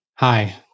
Hi